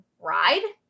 ride